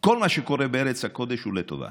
כל מה שקורה בארץ הקודש הוא לטובה.